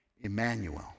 Emmanuel